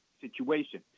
situation